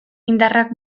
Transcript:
indarrak